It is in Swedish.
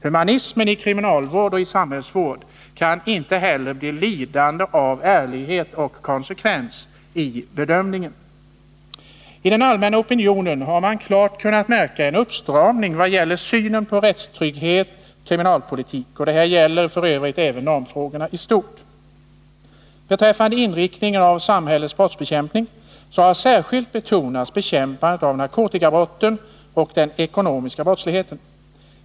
Humanismen i kriminalvård och samhällsvård kan inte heller bli lidande av ärlighet och konsekvens i bedömningen. I den allmänna opinionen har man klart kunnat märka en uppstramning vad gäller synen på rättstrygghet och kriminalpolitik, och detta gäller f. ö. även normfrågorna i stort. Beträffande inriktningen av samhällets brottsbekämpning har särskilt betonats bekämpandet av narkotikabrotten och den ekonomiska brottsligheten.